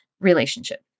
relationship